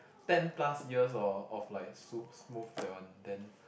ten plus years hor of like soups smooth that one then